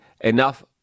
enough